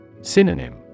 Synonym